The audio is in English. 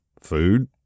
Food